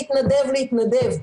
להתנדב, להתנדב.